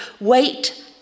Wait